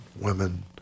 women